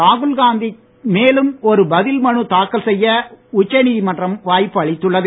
ராகுல்காந்தி மேலும் ஒரு பதில் மனு தாக்கல் செய்ய உச்சநீதிமன்றம் வாய்ப்பளித்துள்ளது